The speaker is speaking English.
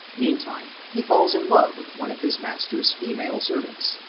meantime, he falls in love with one of his master's female servants,